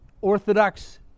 Orthodox